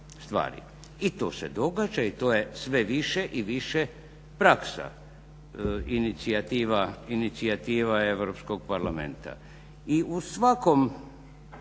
I to se događa i to je sve više i više praksa, inicijativa Europskog parlamenta.